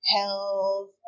health